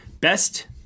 Best